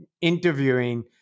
interviewing